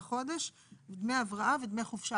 דמי הבראה ודמי חופשה.